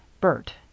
Bert